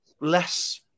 less